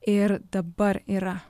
ir dabar yra